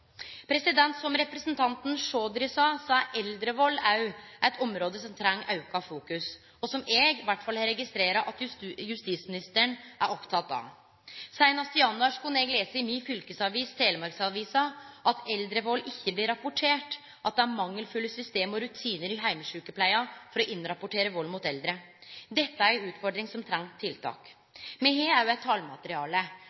hinder. Som representanten Chaudhry sa, er eldrevald òg eit område som treng auka fokus, og som eg i alle fall har registrert at justisministeren er oppteken av. Seinast i januar kunne eg lese i fylkesavisa mi, Telemarksavisa, at eldrevald ikkje blir rapportert, og at det er mangelfulle system og rutinar i heimesjukepleia for å innrapportere vald mot eldre. Dette er ei utfordring som